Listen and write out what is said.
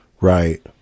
Right